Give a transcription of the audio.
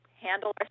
handle